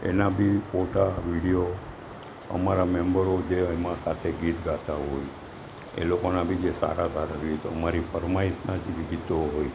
એના બી ફોટા વિડિયો અમારા મેમ્બરો જે એમાં સાથે ગીત ગાતા હોય એ લોકોના બી જે સારા સારા ગીત અમારી ફરમાઇશના જ ગીતો હોય